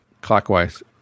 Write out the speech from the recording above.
clockwise